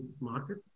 market